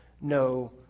no